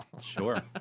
Sure